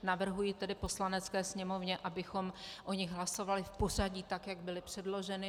Navrhuji tedy Poslanecké sněmovně, abychom o nich hlasovali v pořadí tak, jak byly předloženy.